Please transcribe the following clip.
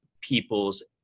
people's